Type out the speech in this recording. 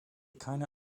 keine